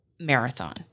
marathon